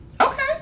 Okay